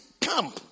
come